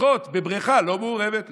לשחות בבריכה לא מעורבת.